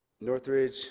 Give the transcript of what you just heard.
Northridge